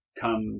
come